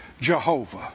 Jehovah